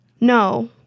No